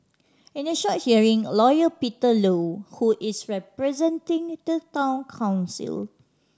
in a short hearing Lawyer Peter Low who is representing the Town Council